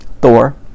Thor